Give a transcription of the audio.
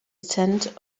scent